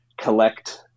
collect